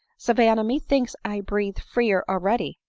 savanna, methinks i breathe freer already!